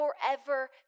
forever